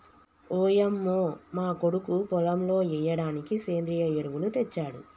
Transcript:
ఓయంమో మా కొడుకు పొలంలో ఎయ్యిడానికి సెంద్రియ ఎరువులు తెచ్చాడు